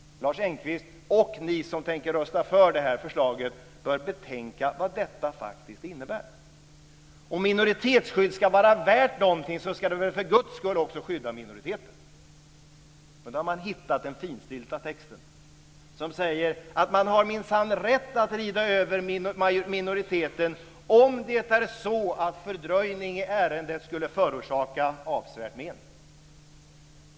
Lars Engqvist och ni som tänker rösta för detta förslag bör betänka vad detta faktiskt innebär. Om minoritetsskydd ska vara värt någonting ska det väl för Guds skull också skydda minoriteten? Men då har man hittat den finstilta texten, som säger att man minsann har rätt att rida över minoriteten om det är så att fördröjning i ärendet skulle förorsaka avsevärt men.